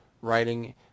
writing